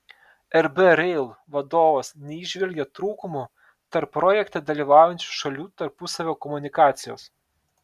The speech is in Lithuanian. rb rail vadovas neįžvelgė trūkumų tarp projekte dalyvaujančių šalių tarpusavio komunikacijos